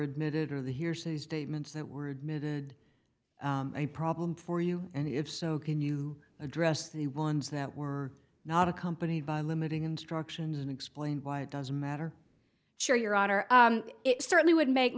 admitted or the hearsay is de mint's that were admitted a problem for you and if so can you address the ones that were not accompanied by limiting instructions and explain why it doesn't matter sure your honor it certainly would make